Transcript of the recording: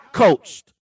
Coached